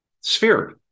sphere